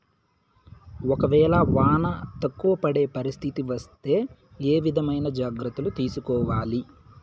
ఒక వేళ వాన తక్కువ పడే పరిస్థితి వస్తే ఏ విధమైన జాగ్రత్తలు తీసుకోవాలి?